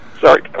Sorry